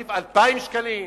תוסיף 2,000 שקלים,